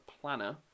planner